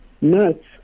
nuts